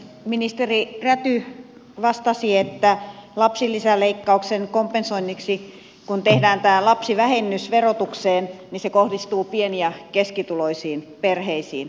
ministeri räty vastasi että kun lapsilisäleikkauksen kompensoinniksi tehdään tämä lapsivähennys verotukseen niin se kohdistuu pieni ja keskituloisiin perheisiin